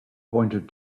pointed